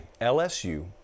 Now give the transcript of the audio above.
LSU